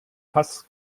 fass